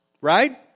right